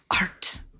Art